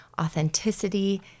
authenticity